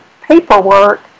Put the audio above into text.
paperwork